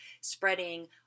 spreading